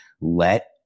let